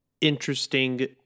interesting